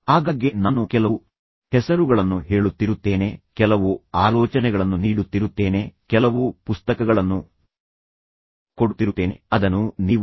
ಆಗಾಗ್ಗೆ ನಾನು ಕೆಲವು ಹೆಸರುಗಳನ್ನು ಹೇಳುತ್ತಿರುತ್ತೇನೆ ಕೆಲವು ಆಲೋಚನೆಗಳನ್ನು ನೀಡುತ್ತಿರುತ್ತೇನೆ ಕೆಲವು ಪುಸ್ತಕಗಳನ್ನು ಕೊಡುತ್ತಿರುತ್ತೇನೆ ಅದನ್ನು ನೀವು ಹೆಚ್ಚುವರಿ ಓದುವಿಕೆಗೆ ಬಳಸಬಹುದು